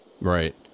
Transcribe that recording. Right